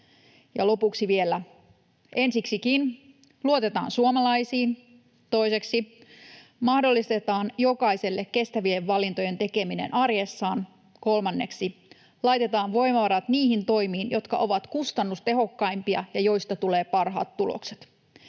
Lopuksi vielä: Ensiksikin luotetaan suomalaisiin. Toiseksi mahdollistetaan jokaiselle kestävien valintojen tekeminen arjessaan. Kolmanneksi laitetaan voimavarat niihin toimiin, jotka ovat kustannustehokkaimpia ja joista tulevat parhaat tulokset.